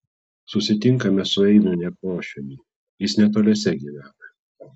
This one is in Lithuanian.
susitinkame su eimiu nekrošiumi jis netoliese gyvena